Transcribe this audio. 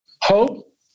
Hope